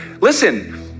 Listen